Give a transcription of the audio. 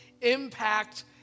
impact